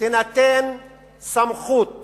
תינתן סמכות